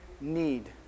need